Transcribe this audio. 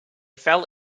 fell